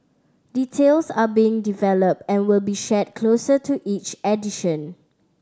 details are being developed and will be shared closer to each edition